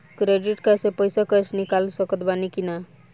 Credit card से पईसा cash निकाल सकत बानी की ना?